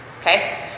Okay